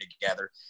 together